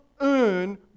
earn